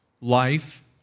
Life